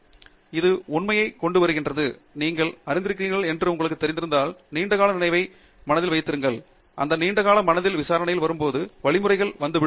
தேஷ்பாண்டே இது உண்மையைக் கொண்டுவருகிறது நீங்கள் அறிந்திருக்கிறீர்கள் என்று உங்களுக்குத் தெரிந்திருந்தால் நீண்ட கால நினைவை மனதில் வைத்திருங்கள் அந்த நீண்டகால மனதில் விசாரணைகள் வரும்போது வழிமுறைகள் வந்துவிடும்